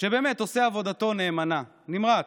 שבאמת עושה את עבודתו נאמנה, נמרץ,